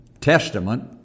Testament